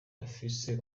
afise